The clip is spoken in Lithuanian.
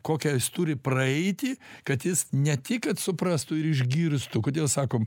kokią jis turi praeiti kad jis ne tik kad suprastų ir išgirstų kodėl sakom